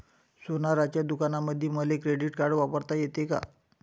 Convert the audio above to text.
सोनाराच्या दुकानामंधीही मले क्रेडिट कार्ड वापरता येते का?